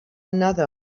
another